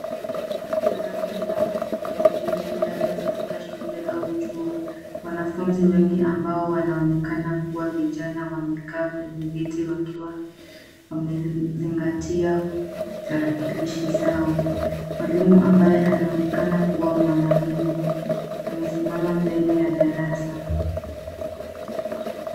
Darasa la tarakilishi labda katika shule au chuo. Wanafunzi wengi ambao wanaonekana kuwa vijana wamekaa kwenye viti wakiwa wamezingatia tarakilishi zao. Mwalimu ambaye anaonekana kuwa mwanaume amesimama mbele ya darasa.